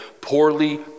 poorly